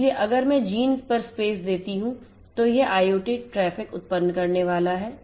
इसलिए अगर मैं जीन पर स्पेस देती हूं तो यह IoT ट्रैफिक उत्पन्न करने वाला है